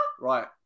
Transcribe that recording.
right